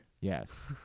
Yes